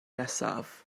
nesaf